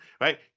right